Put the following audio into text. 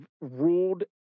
ruled